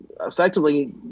effectively